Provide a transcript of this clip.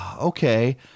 okay